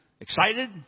excited